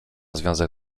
związek